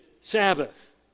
Sabbath